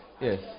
Yes